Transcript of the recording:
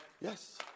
yes